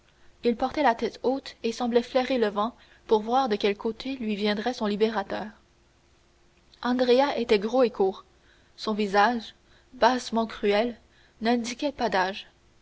il portait la tête haute et semblait flairer le vent pour voir de quel côté lui viendrait son libérateur andrea était gros et court son visage bassement cruel n'indiquait pas d'âge